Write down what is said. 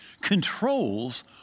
controls